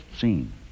seen